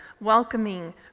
welcoming